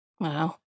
Wow